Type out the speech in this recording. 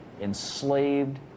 enslaved